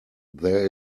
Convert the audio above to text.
there